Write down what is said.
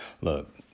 Look